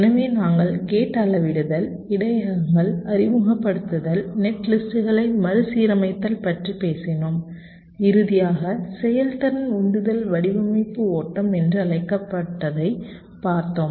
எனவே நாங்கள் கேட் அளவிடுதல் இடையகங்களை அறிமுகப்படுத்துதல் நெட்லிஸ்ட்களை மறுசீரமைத்தல் பற்றி பேசினோம் இறுதியாக செயல்திறன் உந்துதல் வடிவமைப்பு ஓட்டம் என்று அழைக்கப்பட்டதைப் பார்த்தோம்